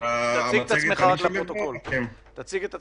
אגף כלכלה, תציג את עצמך,